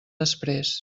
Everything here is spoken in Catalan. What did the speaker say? després